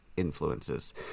influences